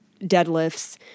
deadlifts